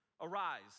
arise